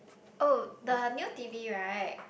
oh the new T_V right